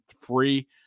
free